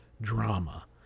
drama